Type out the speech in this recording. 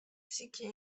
sykje